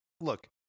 Look